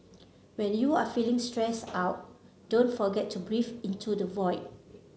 when you are feeling stressed out don't forget to breathe into the void